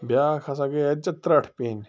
بیٛاکھ ہسا گٔے ہَے ژےٚ ترٛٹھ پینۍ